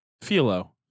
Philo